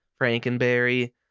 Frankenberry